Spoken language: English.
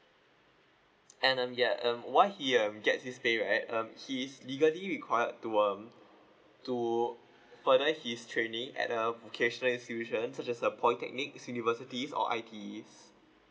and um yeah um once he um gets his pay right um he is legally required to um to further his training at a vocational institution suc as a polytechnic university or I_Ts